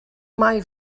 mae